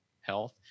health